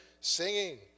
Singing